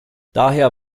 daher